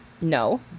No